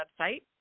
website